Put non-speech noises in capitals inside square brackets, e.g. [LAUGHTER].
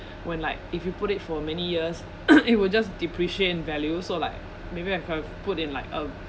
when like if you put it for many years [COUGHS] it will just depreciate in value so like maybe I have put in like a